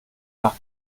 nach